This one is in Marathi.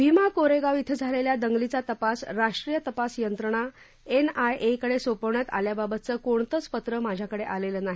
भीमा कोरेगाव इथे झालेल्या दंगलीचा तपास राष्ट्रीय तपास यंत्रणा एन आय ए कडे सोपविण्यात आल्याबाबतचं कोणतच पत्र माझ्याकडे आलेलं नाही